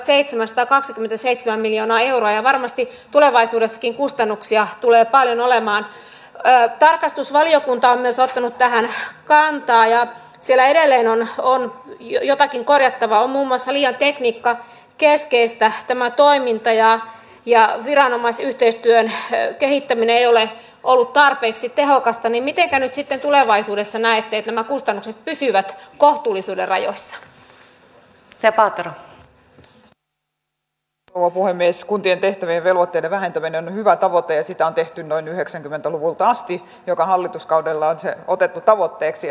niin kuin monesti täältä pöntöstä on myös tullut ilmi on aika valitettava tosiasia että viime aikoina jo jotakin korjattavaa mummo ja tekniikan edellisen hallituksen aikana ja tämänkin hallituksen aikana tulemme liikkumaan yhä enemmän siihen suuntaan että niistä valtion väylänpidoista perusväylänpitoa siirretään kuntien tehtävien velvoitteiden vähentäminen hyvä tavoite sitä on tehty noin yhdeksänkymmentä luvulta asti joka hallituskaudella se otettu harteille